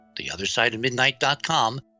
theothersideofmidnight.com